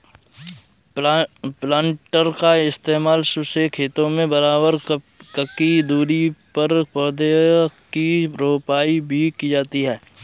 planter का इस्तेमाल से खेतों में बराबर ककी दूरी पर पौधा की रोपाई भी की जाती है